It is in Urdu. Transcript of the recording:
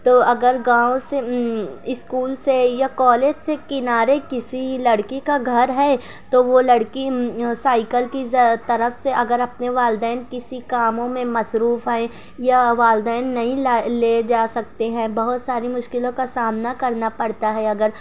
تو اگر گاؤں سے اسکول سے یا کالج سے کنارے کسی لڑکی کا گھر ہے تو وہ لڑکی سائیکل کی طرف سے اگر اپنے والدین کسی کاموں میں مصروف ہیں یا والدین نہیں لائے لے جا سکتے ہیں بہت ساری مشکلوں کا سامنا کرنا پڑتا ہے اگر